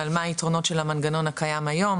על מה היתרונות של המנגנות הקיים היום,